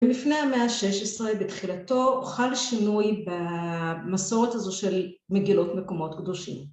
ולפני המאה השש ישראל בתחילתו חל שינוי במסורת הזו של מגילות מקומות קדושים.